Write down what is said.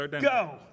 Go